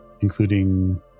including